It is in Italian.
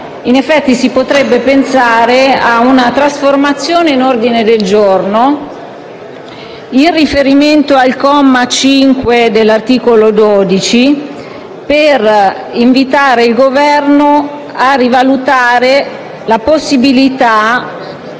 in effetti, si potrebbe pensare a una trasformazione in un ordine del giorno unitario, in riferimento al comma 5 dell'articolo 12, per invitare il Governo a valutare la possibilità